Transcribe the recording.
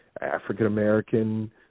African-American